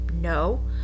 no